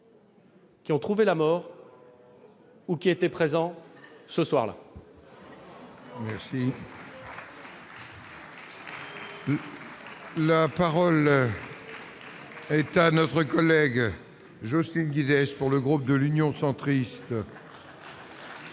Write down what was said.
qui ont trouvé la mort ou qui étaient présents ce soir-là.